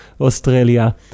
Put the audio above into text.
Australia